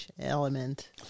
element